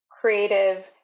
creative